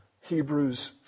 Hebrews